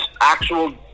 actual